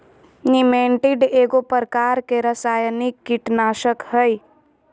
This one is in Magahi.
निमेंटीड एगो प्रकार के रासायनिक कीटनाशक हइ